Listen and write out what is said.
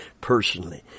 personally